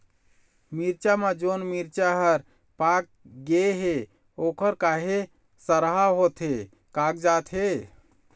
मिरचा म जोन मिरचा हर पाक गे हे ओहर काहे सरहा होथे कागजात हे?